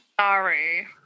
Sorry